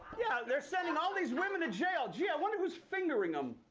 yeah, they're sending all these women to jail. gee, i wonder who's fingering them?